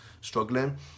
struggling